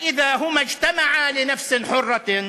"אם שניהם חוברים יחדיו בנפש אצילה,